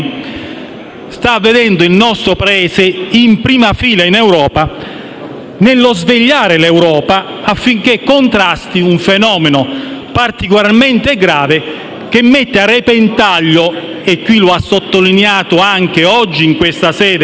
sta vedendo il nostro Paese in prima fila in Europa, teso a svegliare tutti i Paesi affinché contrastino un fenomeno particolarmente grave che mette a repentaglio - lo ha sottolineato anche oggi, in questa sede,